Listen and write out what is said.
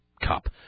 cup